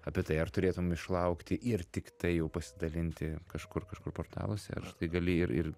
apie tai ar turėtum išlaukti ir tiktai jau pasidalinti kažkur kažkur portaluose ar štai gali ir ir